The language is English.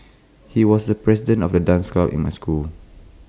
he was the president of the dance club in my school